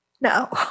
No